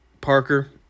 Parker